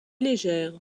légère